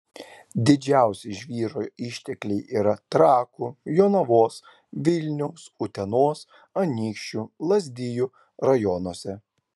didžiausi žvyro ištekliai yra trakų jonavos vilniaus utenos anykščių lazdijų rajonuose